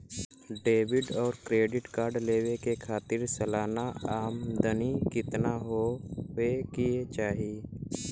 Debit और credit card लेवे के खातिर सलाना आमदनी कितना हो ये के चाही?